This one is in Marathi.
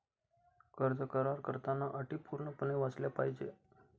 कर्ज करार करताना अटी पूर्णपणे वाचल्या पाहिजे